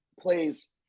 plays